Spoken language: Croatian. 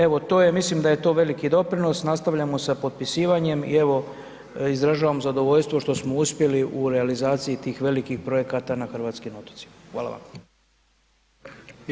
Evo, to je, mislim da je to veliki doprinos, nastavljamo sa potpisivanjem i evo, izražavam zadovoljstvo što smo uspjeli u realizaciji tih velikih projekata na hrvatskim otocima, hvala vam.